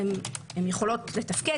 הן יכולות לתפקד,